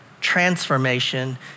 transformation